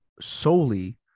solely